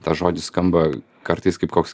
tas žodis skamba kartais kaip koks